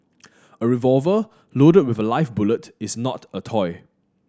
a revolver loaded with a live bullet is not a toy